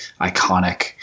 iconic